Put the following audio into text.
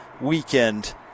weekend